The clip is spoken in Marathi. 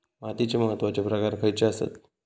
मातीचे महत्वाचे प्रकार खयचे आसत?